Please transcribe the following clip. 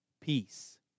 peace